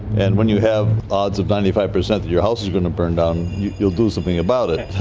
and when you have odds of ninety five percent that your house is going to burn down, you'll do something about it.